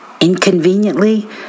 Inconveniently